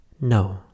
No